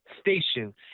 station